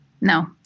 No